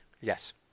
yes